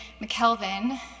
mckelvin